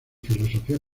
filosofía